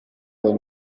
dei